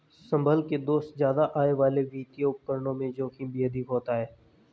संभल के दोस्त ज्यादा आय वाले वित्तीय उपकरणों में जोखिम भी अधिक होता है